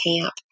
camp